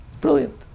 Brilliant